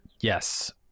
Yes